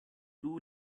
two